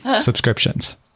subscriptions